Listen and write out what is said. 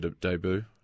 debut